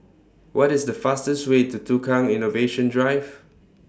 What IS The fastest Way to Tukang Innovation Drive